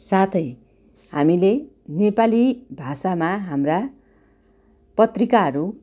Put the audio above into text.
साथै हामीले नेपाली भाषामा हाम्रा पत्रिकाहरू